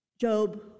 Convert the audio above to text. Job